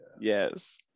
Yes